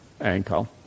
ankle